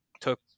took